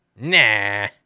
Nah